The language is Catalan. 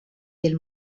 del